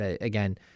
again